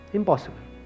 impossible